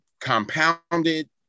compounded